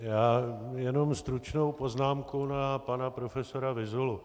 Já jen stručnou poznámku na pana profesora Vyzulu.